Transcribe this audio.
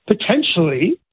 potentially